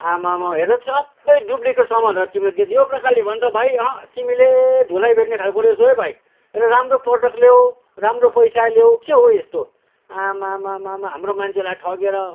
आम्मामा हेर त सबै डुप्लिकेट सामानहरू तिमीले दिँदै यो प्रकारले हो भने त भाइ अहँ तिमीले धुलाई भेट्ने खालको रहेछौ है भाइ एउटा राम्रो प्रोडक्ट लेउ राम्रो पैसा लेउ के हौ यस्तो आम्मामामा हाम्रो मान्छेहरूलाई ठगेर